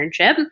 internship